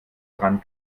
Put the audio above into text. dran